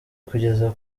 kugeza